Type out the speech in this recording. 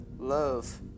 Love